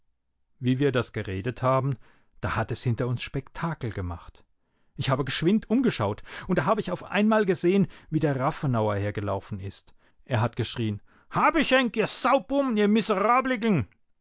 wie wir das geredet haben da hat es hinter uns spektakel gemacht ich habe geschwind umgeschaut und da habe ich auf einmal gesehen wie der rafenauer hergelaufen ist er hat geschrien hab ich enk